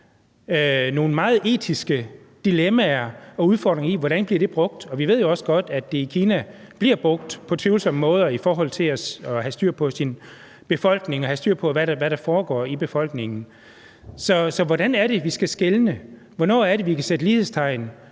nogle meget etiske dilemmaer og udfordringer vedrørende, hvordan det bliver brugt. Og vi ved jo også godt, at det bliver brugt i Kina på en tvivlsom måde for at have styr på befolkningen og styr på, hvad der foregår i befolkningen. Så hvordan er det, vi skal skelne? Hvornår er det, at vi kan sætte lighedstegn